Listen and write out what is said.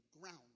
ground